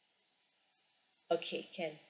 okay can